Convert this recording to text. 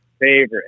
favorite